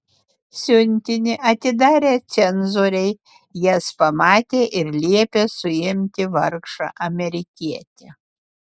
siuntinį atidarę cenzoriai jas pamatė ir liepė suimti vargšą amerikietį